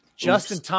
Justin